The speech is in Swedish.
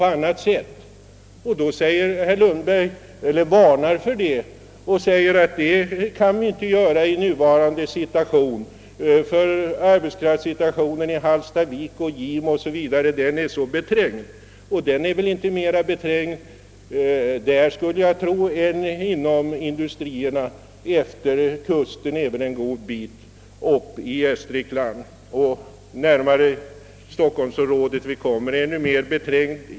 Detta varnar herr Lundberg emellertid för, ty arbetskraftsbristen i Hallstavik, Gimo m.fl. platser är, säger han, mycket besvärande. Men den är väl inte besvärligare där än på andra ställen, t.ex. utefter Gästriklands kust? Ju närmare vi kommer stockholmsområdet, desto mera besvärande blir den.